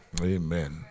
Amen